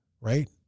right